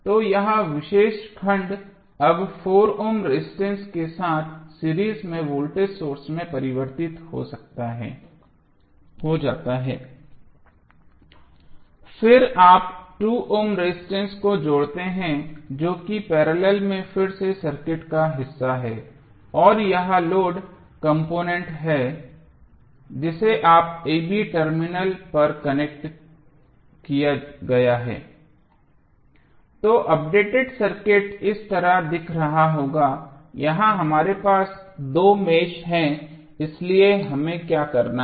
तो यह विशेष खंड अब 4 ओम रेजिस्टेंस के साथ सीरीज में वोल्टेज सोर्स में परिवर्तित हो जाता है फिर आप 2 ओम रेजिस्टेंस को जोड़ते हैं जो कि पैरेलल में फिर से सर्किट का हिस्सा है और यह लोड कॉम्पोनेन्ट है जिसे आपने a b टर्मिनल पर कनेक्ट किया है तो अपडेटेड सर्किट इस तरह दिख रहा होगा यहां हमारे पास दो मेष हैं इसलिए हमें क्या करना है